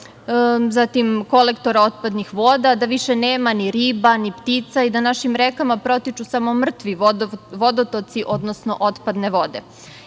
zatim kolektor otpadnih voda, da više nema ni riba, ni ptica, i da našim rekama protiču samo mrtvi vodotoci, odnosno otpadne